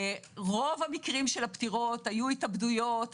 רוב המקרים של הפטירות הי התאבדויות,